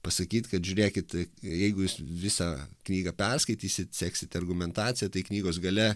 pasakyt kad žiūrėkit jeigu jūs visą knygą perskaitysit seksit argumentaciją tai knygos gale